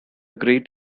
great